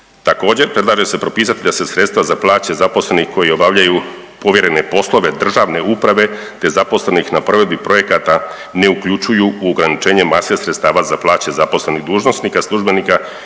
Također, predlaže se propisati da se sredstva za plaće zaposlenih koji obavljaju povjerene poslove državne uprave, te zaposlenih na provedbi projekata ne uključuju u ograničenje mase sredstava za plaće zaposlenih dužnosnika, službenika